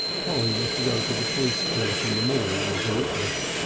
polly was to go to the police court in the morning as a witness.